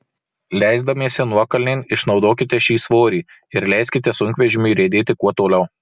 leisdamiesi nuokalnėn išnaudokite šį svorį ir leiskite sunkvežimiui riedėti kuo toliau